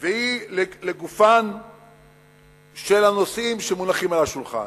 היא לגופם של הנושאים שמונחים על השולחן.